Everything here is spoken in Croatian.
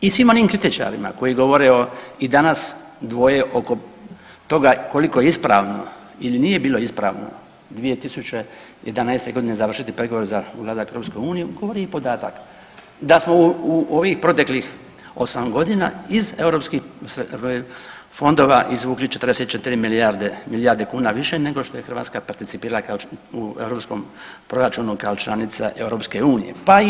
I svim onim kritičarima koji govore i danas dvoje oko toga koliko je ispravno ili nije bilo ispravno 2011. godine završiti pregovore za ulazak u Europsku uniju govori i podatak da smo u ovih proteklih 8 godina iz europskih fondova izvukli 44 milijarde kuna više nego što je Hrvatska participirala u europskom proračunu kao članica Europske unije.